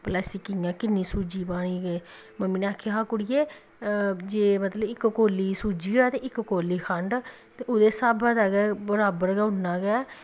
भला इसी कि'यां किन्नी सूज्जी पानी मम्मी नै आखेआ हा कुड़िये जे मतलब इक कौल्ली सूज्जी होऐ ते इक कौल्ली खंड ते ओह्दे स्हाबै दा गै बराबर गै उन्ना गै